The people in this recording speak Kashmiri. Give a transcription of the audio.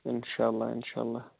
اِنشاء اللہ اِنشاء اللہ